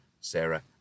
Sarah